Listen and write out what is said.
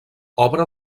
obra